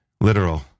literal